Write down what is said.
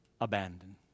abandoned